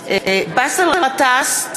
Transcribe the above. באסל גטאס,